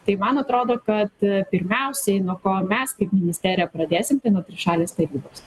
tai man atrodo kad pirmiausiai nuo ko mes kaip ministerija pradėsim nuo trišalės tarybos